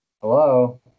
Hello